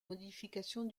modifications